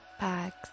bags